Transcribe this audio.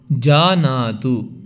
जानातु